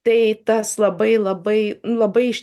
tai tas labai labai n labai iš